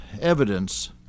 evidence